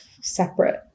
separate